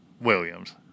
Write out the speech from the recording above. Williams